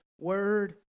Word